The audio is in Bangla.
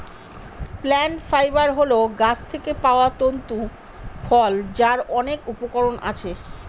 প্লান্ট ফাইবার হল গাছ থেকে পাওয়া তন্তু ফল যার অনেক উপকরণ আছে